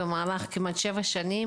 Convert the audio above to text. במהלך כמעט 7 שנים,